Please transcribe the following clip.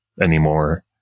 anymore